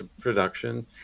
production